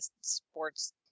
sports